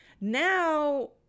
now